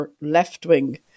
left-wing